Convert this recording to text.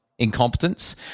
incompetence